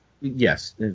Yes